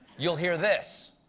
you'll hear this